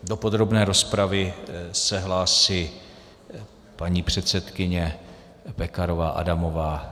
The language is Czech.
Do podrobné rozpravy se hlásí paní předsedkyně Pekarová Adamová.